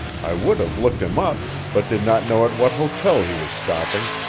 i would have looked him up, but did not know at what hotel he was stopping,